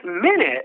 minute